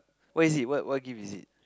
where is it what what gift is it